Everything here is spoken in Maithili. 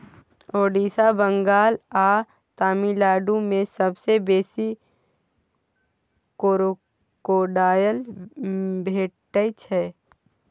ओड़िसा, बंगाल आ तमिलनाडु मे सबसँ बेसी क्रोकोडायल भेटै छै